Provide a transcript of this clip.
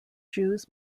jews